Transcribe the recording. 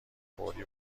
فوری